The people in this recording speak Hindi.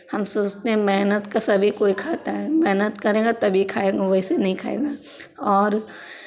हम सोचते हैं मेहनत का सभी कोई खाता है मेहनत करेगा तभी खाएगा वैसे नहीं खाएगा और